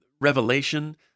revelation